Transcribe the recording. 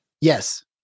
Yes